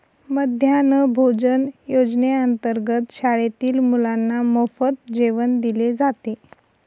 मध्यान्ह भोजन योजनेअंतर्गत शाळेतील मुलांना मोफत जेवण दिले जाते